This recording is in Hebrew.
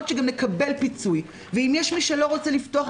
שגם נקבל פיצוי ואם יש מי שלא רוצה לפתוח,